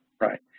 right